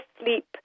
sleep